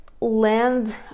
land